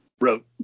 wrote